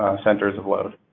centers of load?